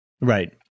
Right